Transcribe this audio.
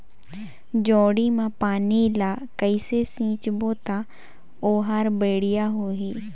जोणी मा पानी ला कइसे सिंचबो ता ओहार बेडिया होही?